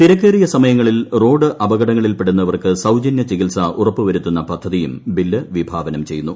തിരക്കേറിയ സമയങ്ങളിൽ റോഡ് അപകടങ്ങളിൽപ്പെടുന്നവർക്ക് സൌജന്യ ചികിത്സ ഉറപ്പു വരുത്തുന്ന പദ്ധതിയും ബിൽ വിഭാവനം ചെയ്യുന്നു